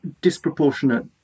disproportionate